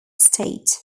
state